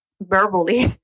verbally